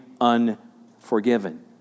unforgiven